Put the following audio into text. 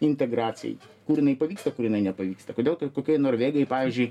integracijai kur jinai pavyksta kur jinai nepavyksta kodėl to tokioj norvegijoj pavyzdžiui